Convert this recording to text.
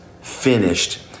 finished